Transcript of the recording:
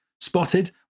spotted